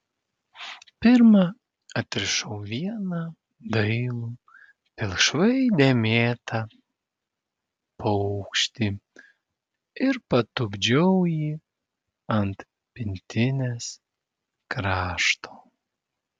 pirma atrišau vieną dailų pilkšvai dėmėtą paukštį ir patupdžiau jį ant pintinės krašto